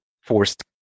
forced